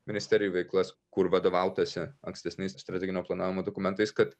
ministerijų veiklas kur vadovautasi ankstesniais strateginio planavimo dokumentais kad